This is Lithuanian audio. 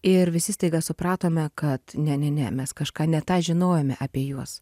ir visi staiga supratome kad ne ne ne mes kažką ne tą žinojome apie juos